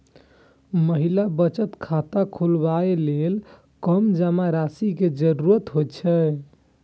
महिला बचत खाता खोलबै लेल कम जमा राशि के जरूरत होइ छै